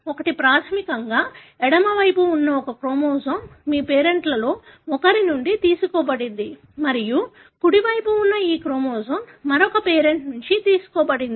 కాబట్టి ప్రాథమికంగా ఎడమ వైపున ఉన్న ఈ క్రోమోజోమ్ మీ పేరెంట్లలో ఒకరి నుండి తీసుకోబడింది మరియు కుడి వైపున ఉన్న ఈ క్రోమోజోమ్ మరొక పేరెంట్ నుండి తీసుకోబడింది